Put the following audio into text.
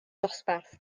dosbarth